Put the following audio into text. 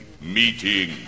Meeting